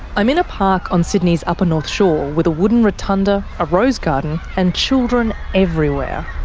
i'm in a park on sydney's upper north shore, with a wooden rotunda, a rose garden, and children everywhere.